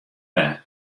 wer